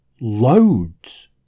loads